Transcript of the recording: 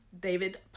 David